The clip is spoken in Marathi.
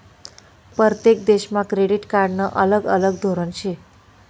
परतेक देशमा क्रेडिट कार्डनं अलग अलग धोरन शे